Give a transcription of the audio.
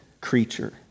creature